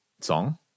song